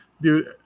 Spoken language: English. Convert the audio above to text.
Dude